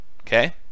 Okay